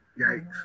Yikes